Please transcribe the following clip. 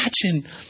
imagine